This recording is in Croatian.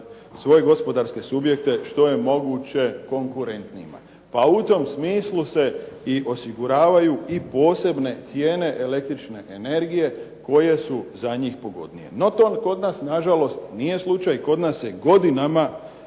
svoje gospodarske subjekte što je moguće konkurentnijima. Pa u tom smislu se osiguravaju i posebne cijene električne energije koje su za njih pogodnije. No to kod nažalost nije slučaj. Kod nas se godinama